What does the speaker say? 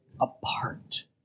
apart